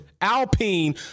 Alpine